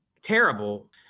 terrible